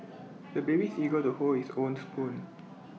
the baby is eager to hold his own spoon